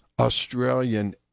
Australian